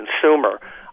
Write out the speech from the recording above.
consumer